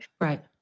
Right